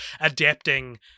adapting